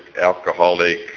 alcoholic